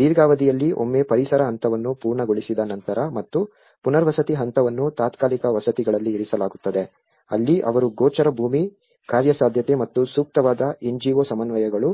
ದೀರ್ಘಾವಧಿಯಲ್ಲಿ ಒಮ್ಮೆ ಪರಿಹಾರ ಹಂತವನ್ನು ಪೂರ್ಣಗೊಳಿಸಿದ ನಂತರ ಮತ್ತು ಪುನರ್ವಸತಿ ಹಂತವನ್ನು ತಾತ್ಕಾಲಿಕ ವಸತಿಗಳಲ್ಲಿ ಇರಿಸಲಾಗುತ್ತದೆ ಅಲ್ಲಿ ಅವರು ಗೋಚರ ಭೂಮಿ ಕಾರ್ಯಸಾಧ್ಯತೆ ಮತ್ತು ಸೂಕ್ತವಾದ NGO ಸಮನ್ವಯಗಳು